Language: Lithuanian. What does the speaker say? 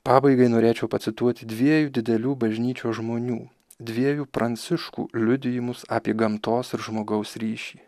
pabaigai norėčiau pacituoti dviejų didelių bažnyčios žmonių dviejų pranciškų liudijimus apie gamtos ir žmogaus ryšį